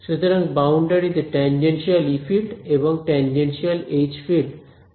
সুতরাং বাউন্ডারিতে tangential E field এবং টেনজেনশিয়াল H ফিল্ড সংরক্ষিত করে রাখতে হবে